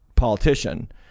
politician